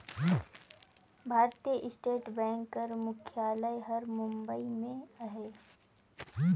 भारतीय state bank कर मुख्यालय हर बंबई में अहे